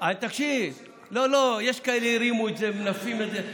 יש כאלה שהרימו את זה, ממנפים את זה.